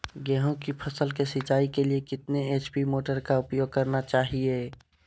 गेंहू की फसल के सिंचाई के लिए कितने एच.पी मोटर का उपयोग करना चाहिए?